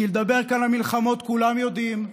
כי לדבר כאן על מלחמות כולם יודעים,